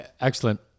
excellent